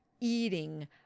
eating